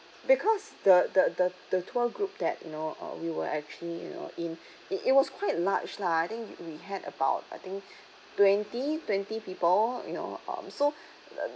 because the the the the tour group that you know uh we were actually you know in it it was quite large lah I think we had about I think twenty twenty people you know um so the